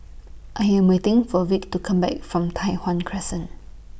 I Am waiting For Vic to Come Back from Tai Hwan Crescent